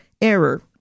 error